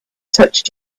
touched